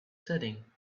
setting